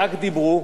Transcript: זה מקומם.